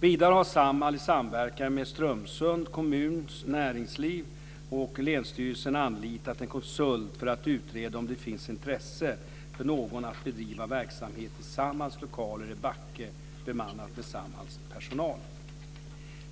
Vidare har Samhall i samverkan med Strömsunds kommuns näringslivsbolag och länsstyrelsen anlitat en konsult för att utreda om det finns intresse från någon att bedriva verksamhet i Samhalls lokaler i Backe bemannat med Samhalls personal.